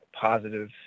positive